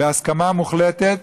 בהסכמה מוחלטת,